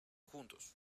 juntos